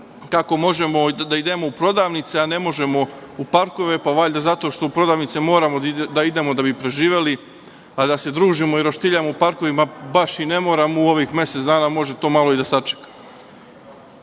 kako možemo da idemo u prodavnice, a ne možemo u parkove, pa valjda u prodavnice moramo da idemo da bi preživeli, a da se družimo i roštiljamo u parkovima baš i ne moramo u ovih mesec dana, može to malo da sačeka. Na